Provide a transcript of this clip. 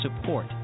support